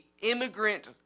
immigrant